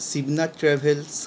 Shibnath travels